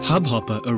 Hubhopper